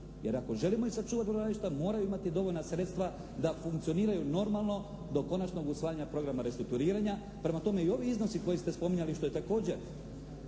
Jer ako želimo sačuvati brodogradilišta moraju imati dovoljna sredstva da funkcioniraju normalno do konačno usvajanja programa restrukturiranja. Prema tome, i ovi iznosi koje ste spominjali, što je također